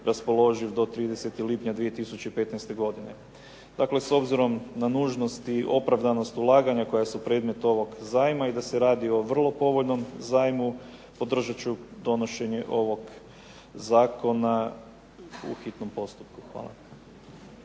raspoloživ do 30. lipnja 2015. godine. Dakle, s obzirom na nužnost i opravdanost ulaganja koja su predmet ovog zajma i da se radi o vrlo povoljnom zajmu podržat ću donošenje ovog zakona u hitnom postupku. Hvala.